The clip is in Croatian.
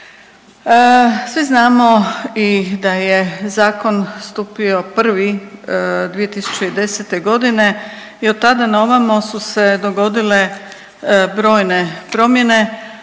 Svi znamo i da je zakon stupio prvi 2010.g. i otada naovamo su se dogodile brojne promjene,